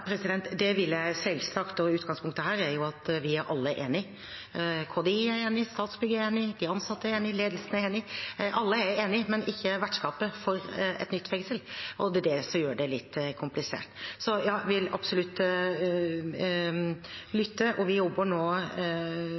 Det vil jeg selvsagt, og utgangspunktet her er jo at vi alle er enige. KDI er enig, Statsbygg er enig, de ansatte er enig, ledelsen er enig. Alle er enige, men ikke vertskapet for et nytt fengsel, og det er det som gjør det litt komplisert. Så ja, jeg vil absolutt lytte. Vi jobber nå